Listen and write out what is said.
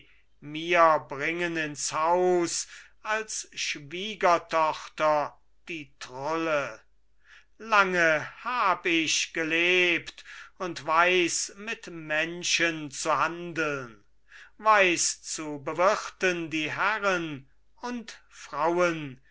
mir bringen ins haus als schwiegertochter die trulle lange hab ich gelebt und weiß mit menschen zu handeln weiß zu bewirten die herren und frauen